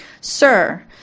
Sir